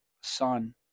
son